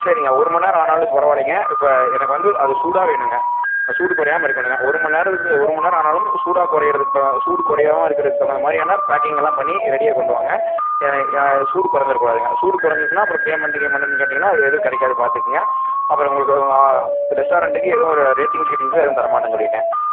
சரிங்க ஒரு மண்நேரம் ஆனாலும் பரவால்லைங்க இப்போ எனக்கு வந்து அது சூடாக வேணுங்க சூடு குறையாம இருக்கணுங்க ஒரு மண்நேரத்து ஒரு மண்நேரம் ஆனாலும் சூடாக குறையிறதுக்கு த சூடு குறையாம இருக்குறதுக்கு தவுந்தா மாரியான பேக்கிங்கெல்லாம் பண்ணி ரெடியாக கொண்டு வாங்க சூடு குறஞ்சிட கூடாதுங்க சூடு குறஞ்சிச்சின்னா அப்புறோம் பேமெண்ட்டு கீமெண்ட்டுன்னு கேட்டீங்கன்னா அது எதுவும் கிடைக்காது பார்த்துக்குங்க அப்புறம் உங்களுக்கு உங்கள் ரெஸ்ட்டாரெண்ட்டுக்கு எதுவும் ஒரு ரேட்டிங்ஸ் கீட்டிங்ஸ் எதுவும் தரமாட்டேன் சொல்லிவிட்டேன்